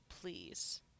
Please